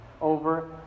over